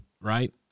right